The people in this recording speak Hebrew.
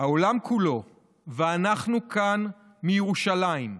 העולם כולו ואנחנו כאן בירושלים,